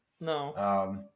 No